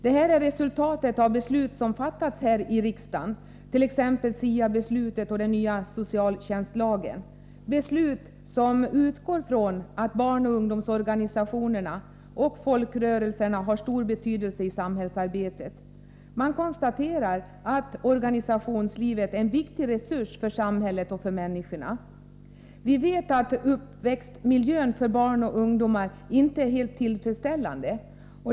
Det här är resultat av beslut som fattats i riksdagen, t.ex. om SIA och om den nya socialtjänstlagen, beslut som utgår från att barnoch ungdomsorganisationerna och folkrörelserna har stor betydelse i samhällsarbetet. Man konstaterar att organisationslivet är en viktig resurs för samhället och för människorna. Vi vet att uppväxtmiljön för barn och ungdomar inte är helt tillfredsställande.